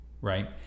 right